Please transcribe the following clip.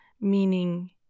meaning